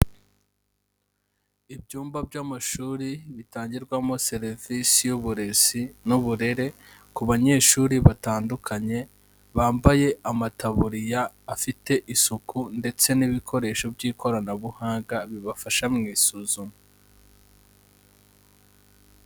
Ibyumba by'amashuri bitangirwamo serivisi y'uburezi n'uburere ku banyeshuri batandukanye, bambaye amataburiya afite isuku ndetse n'ibikoresho by'ikoranabuhanga bibafasha mu isuzuma.